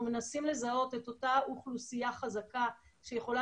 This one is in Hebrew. אנחנו מנסים לזהות את אותה אוכלוסייה חזקה שיכולה